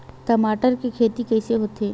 टमाटर के खेती कइसे होथे?